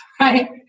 right